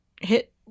hit